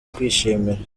kwishimira